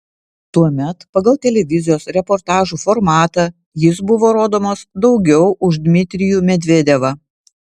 tuomet pagal televizijos reportažų formatą jis buvo rodomas daugiau už dmitrijų medvedevą